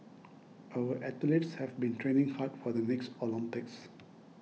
our athletes have been training hard for the next Olympics